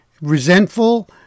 resentful